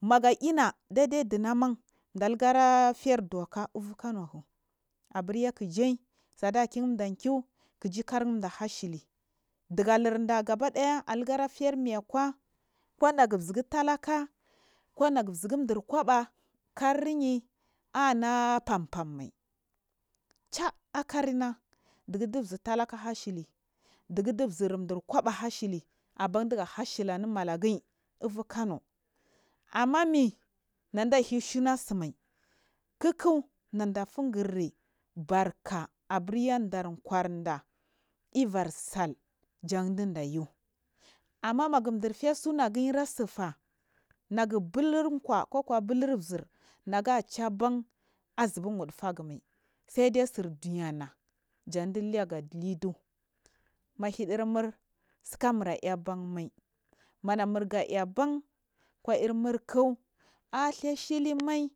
naga ina dede ɗunamagu ɗarigga rafer ɗocks kano aburye kije sad kinda kiui kigikar daha shili diga lirda gabiɗaya aariga fermayakwa kunagu zigu talaka konagu zigirchir kwaba karyianafaru fammai chea kama duth du zirtalaka ashili digudu. Dur zirku abe hashili abamdige ha shili anumadagi uftu kano amma mii naclahy shuns tsimaikik nada fungirri barka a burya darkwards versal javclidaya amma nagu chifter sunagun intsifa negu bu ur kwa ko bulu zir naga chaba n azubu wuduf guman saide tsir chinsys ns j’a ɗiligu idu u mahidimuur tsat amura banmai manamurge ly aban kwairmurka a’a.